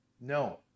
No